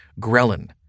ghrelin